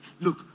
look